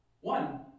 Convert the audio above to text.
One